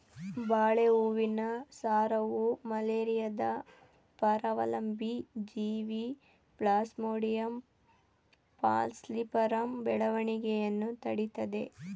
ಬಾಳೆ ಹೂವಿನ ಸಾರವು ಮಲೇರಿಯಾದ ಪರಾವಲಂಬಿ ಜೀವಿ ಪ್ಲಾಸ್ಮೋಡಿಯಂ ಫಾಲ್ಸಿಪಾರಮ್ ಬೆಳವಣಿಗೆಯನ್ನು ತಡಿತದೇ